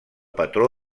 patró